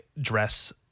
dress